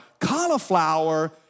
Cauliflower